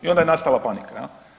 I onda je nastala panika.